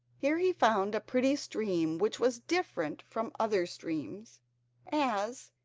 here he found a pretty stream which was different from other streams as,